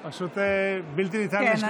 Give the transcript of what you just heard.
זה פשוט בלתי ניתן לשליטה, הדבר הזה.